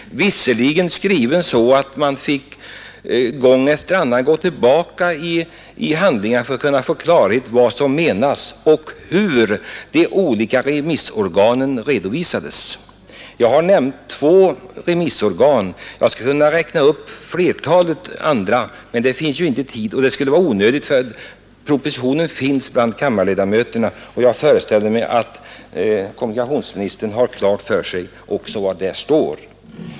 Den var visserligen skriven så att man gång efter annan fick gå tillbaka i handlingar för att kunna få klarhet i vad som menades och hur de olika remissorganen redovisades. Jag har nämnt två remissorgan — jag skulle kunna räkna upp ett flertal andra, men det är onödigt då propositionen finns hos kammarledamöterna, och jag föreställer mig att kommunikationsministern också har klart för sig vad där står.